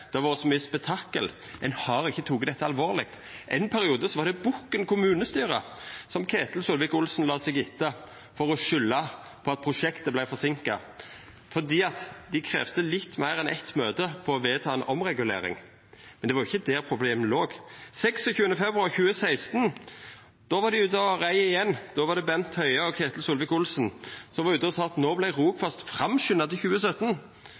det har vore så mykje spetakkel – ein har ikkje teke dette alvorleg. Ein periode var det Bokn kommunestyre som Ketil Solvik-Olsen la seg etter for å skulda på at prosjektet vart forsinka, fordi dei kravde litt meir enn eitt møte for å vedta ei omregulering. Men det var ikkje der problemet låg. Den 26. februar i 2016 var dei ute og reid igjen, då var det Bent Høie og Ketil Solvik-Olsen som var ute og sa at no vart Rogfast framskunda til 2017.